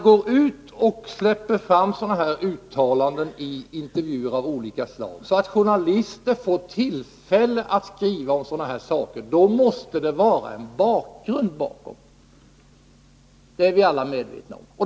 Men om man släpper ur sig sådana här uttalanden i intervjuer av olika slag, så att journalister får tillfälle att skriva om dem, måste det finnas en bakgrund. Det är vi alla medvetna om.